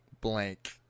blank